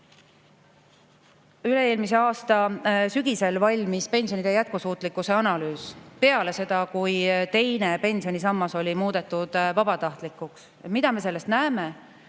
Üle-eelmise aasta sügisel valmis pensionide jätkusuutlikkuse analüüs, peale seda, kui teine pensionisammas oli muudetud vabatahtlikuks. Mida me sellest näeme?